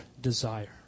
desire